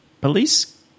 Police